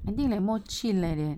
I think like more chill like that